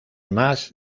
más